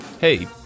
Hey